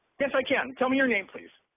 yes, i can. tell me your name, please.